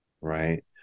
right